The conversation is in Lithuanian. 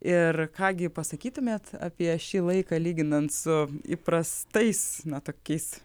ir ką gi pasakytumėte apie šį laiką lyginant su įprastais tokiais